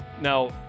Now